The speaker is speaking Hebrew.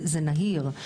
זה נהיר,